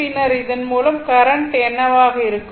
பின்னர் இதன் மூலம் கரண்ட் என்னவாக இருக்கும்